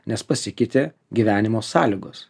nes pasikeitė gyvenimo sąlygos